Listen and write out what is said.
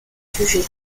sujet